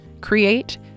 Create